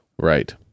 right